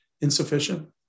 insufficient